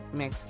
mix